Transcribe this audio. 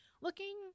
looking